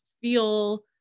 feel